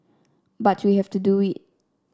but we have to do it